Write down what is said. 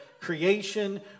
creation